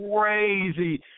crazy